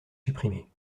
supprimer